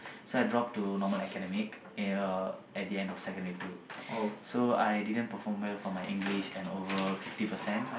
so I dropped to normal academic eh uh at the end of secondary two so I didn't perform well for my English and overall fifty percent